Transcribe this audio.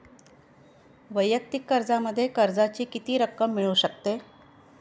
वैयक्तिक कर्जामध्ये कर्जाची किती रक्कम मिळू शकते?